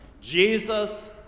Jesus